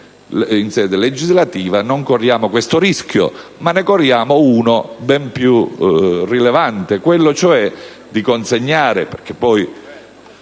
in sede legislativa, non corriamo questo rischio, ma ne corriamo uno ben più rilevante, quello cioè di consegnare al prossimo